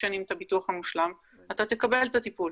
שנים את הביטוח המושלם אתה תקבל את הטיפול.